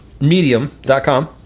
Medium.com